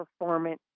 performance